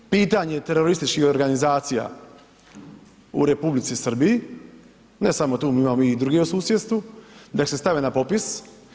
Pitanje terorističkih organizacija u R. Srbiji, ne samo tu, imamo mi i drugih u susjedstvu, da se stave na popis.